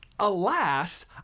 Alas